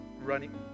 running